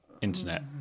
internet